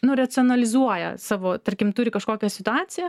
nu racionalizuoja savo tarkim turi kažkokią situaciją